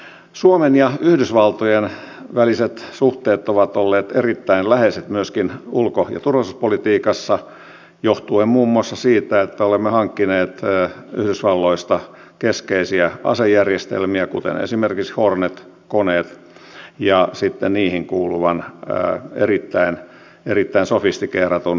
suomen ja yhdysvaltojen väliset suhteet ovat olleet erittäin läheiset myöskin ulko ja turvallisuuspolitiikassa johtuen muun muassa siitä että olemme hankkineet yhdysvalloista keskeisiä asejärjestelmiä kuten esimerkiksi hornet koneet ja sitten niihin kuuluvan erittäin sofistikeeratun asejärjestelmän